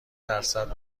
درصد